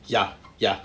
ya ya